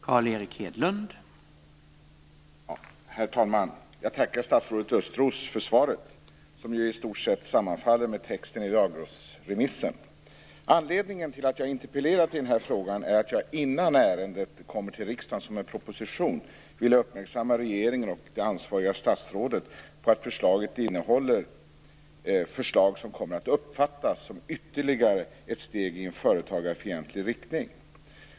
Herr talman! Jag tackar statsrådet Östros för svaret, som ju i stort sett sammanfaller med texten i lagrådsremissen. Anledningen till att jag interpellerat i denna fråga är att jag innan ärendet kommer till riksdagen som en proposition vill uppmärksamma regeringen och det ansvariga statsrådet på att förslaget innehåller saker som kommer att uppfattas som ytterligare steg i en företagarfientlig riktning.